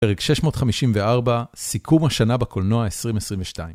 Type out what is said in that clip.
פרק 654 סיכום השנה בקולנוע 2022.